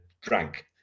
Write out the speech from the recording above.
drank